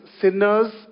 Sinners